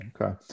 Okay